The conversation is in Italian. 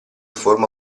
forma